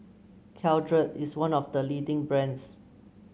Caltrate is one of the leading brands